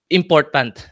important